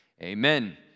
Amen